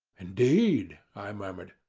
indeed! i murmured.